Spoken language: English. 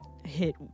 Hit